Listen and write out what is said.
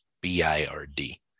B-I-R-D